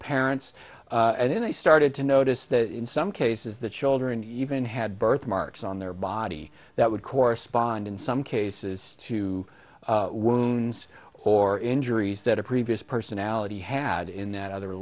parents and then i started to notice that in some cases the children even had birth marks on their body that would correspond in some cases to wounds or injuries that a previous personality had in that other